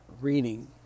reading